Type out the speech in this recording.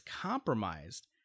compromised